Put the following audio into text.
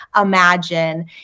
imagine